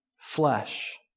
flesh